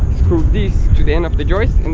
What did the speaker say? screw this to the end of the joist.